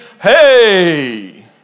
Hey